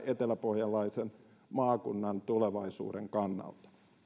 eteläpohjalaisen maakunnan tulevaisuuden kannalta